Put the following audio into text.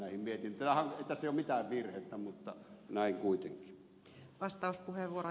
tässä ei ole mitään virhettä mutta näin kuitenkin